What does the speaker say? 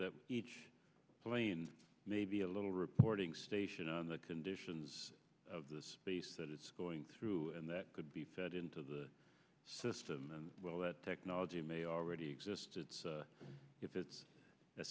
that each plane may be a little reporting station on the conditions of the space that it's going through and that could be fed into the system well that technology may already exist it's if it's a